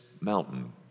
mountain